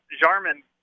Jarman